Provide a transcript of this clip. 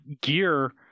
gear